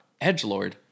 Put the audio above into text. Edgelord